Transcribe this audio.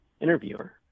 interviewer